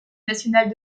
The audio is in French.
national